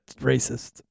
racist